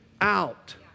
out